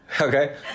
Okay